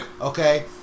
Okay